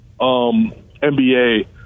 NBA –